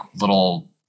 little